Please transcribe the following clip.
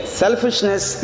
selfishness